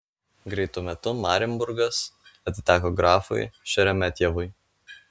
greitu metu marienburgas atiteko grafui šeremetjevui